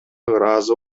ыраазы